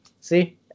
see